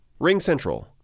RingCentral